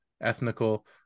ethnical